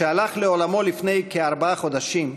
שהלך לעולמו לפני כארבעה חודשים,